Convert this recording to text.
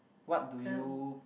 what do you